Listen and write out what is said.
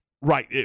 right